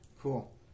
Cool